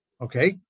okay